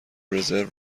رزرو